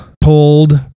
Pulled